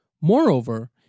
Moreover